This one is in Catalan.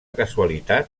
casualitat